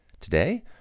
Today